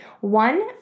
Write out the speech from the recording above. One